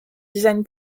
design